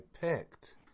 picked